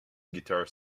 guitar